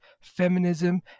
feminism